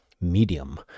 medium